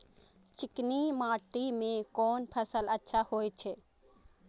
चिकनी माटी में कोन फसल अच्छा होय छे?